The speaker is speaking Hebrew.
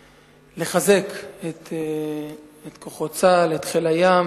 לחזק את כוחות צה"ל, את חיל הים,